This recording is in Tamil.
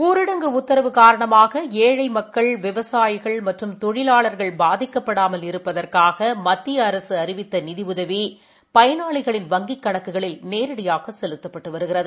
ஊரடங்கு உத்தரவு காரணமாகஏழைமக்கள் விவசாயிகள் மற்றும் தொழிவாளா்கள் பாதிக்கப்படாமல் இருப்பதற்காகமத்திய அரசு அறிவித்தநிதிஉதவிபயனாளிகளின் வங்கிக் கணக்குகளில் நேரடியாகசெலுத்தப்பட்டுவருகிறது